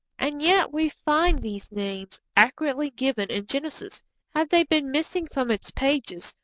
and yet we find these names accurately given in genesis had they been missing from its pages,